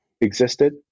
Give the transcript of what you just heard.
existed